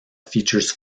features